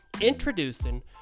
Introducing